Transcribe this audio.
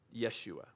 Yeshua